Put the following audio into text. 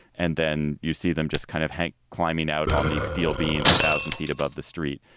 and then you see them just kind of hanging, climbing out on these steel beams a thousand feet above the street,